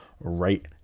right